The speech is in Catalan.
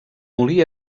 molí